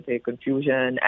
Confusion